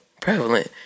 prevalent